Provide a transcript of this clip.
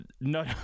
no